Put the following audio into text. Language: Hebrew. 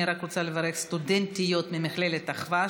אני רק רוצה לברך סטודנטיות ממכללת אחוה,